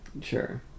Sure